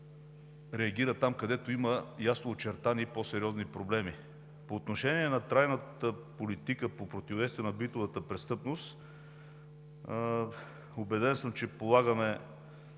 реагира там, където има ясно очертани по-сериозни проблеми. По отношение на трайната политика по противодействие на битовата престъпност. Убеден съм, че полагаме